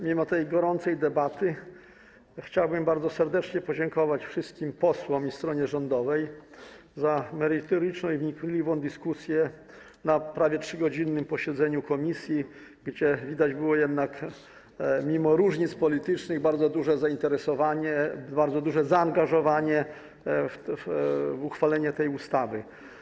Mimo tej gorącej debaty chciałbym bardzo serdecznie podziękować wszystkim posłom i stronie rządowej za merytoryczną i wnikliwą dyskusję na prawie 3-godzinnym posiedzeniu komisji, gdzie widać było jednak, mimo różnic politycznych, bardzo duże zainteresowanie, bardzo duże zaangażowanie, jeśli chodzi o prace nad uchwaleniem tej ustawy.